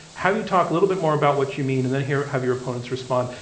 have you talk a little bit more about what you mean, and then hear have your opponents respond.